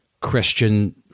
Christian